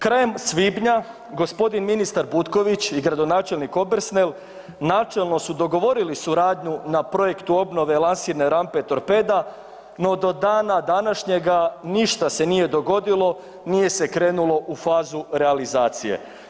Krajem svibnja g. ministar Butković i gradonačelnik Obersnel načelno su dogovorili suradnju na projektu obnove Lansirne rampe Torpeda, no do dana današnjega ništa se nije dogodilo, nije se krenulo u fazu realizacije.